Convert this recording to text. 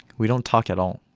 we don't talk at all